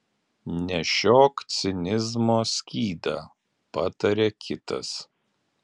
nešiok cinizmo skydą pataria kitas